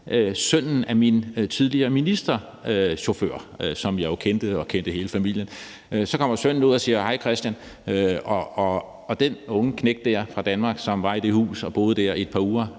sønnen af min tidligere ministerchauffør. Jeg kendte jo hele familien. Så kommer sønnen ud og siger: Hej Christian. Og den unge knægt fra Danmark, som var i det hus og boede der et par uger,